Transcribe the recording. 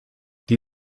die